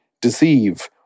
deceive